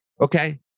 okay